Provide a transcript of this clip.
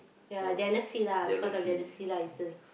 ya jealously lah because of jealousy lah